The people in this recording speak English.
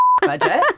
budget